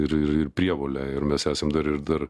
ir ir prievolė ir mes esam dar ir dar